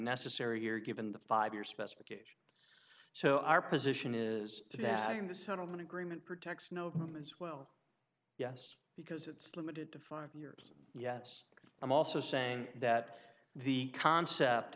necessary here given the five year specification so our position is that in the settlement agreement protects no as well yes because it's limited to five years yes i'm also saying that the concept